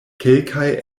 kelkaj